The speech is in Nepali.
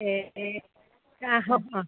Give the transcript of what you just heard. ए ए कहाँ हौ अँ